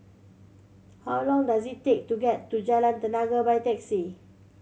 how long does it take to get to Jalan Tenaga by taxi